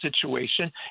situation